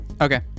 Okay